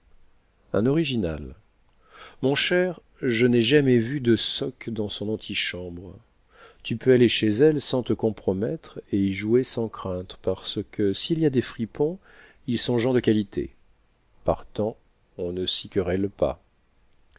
un original mon cher je n'ai jamais vu de socques dans son antichambre tu peux aller chez elle sans te compromettre et y jouer sans crainte parce que s'il y a des fripons ils sont gens de qualité partant on ne s'y querelle pas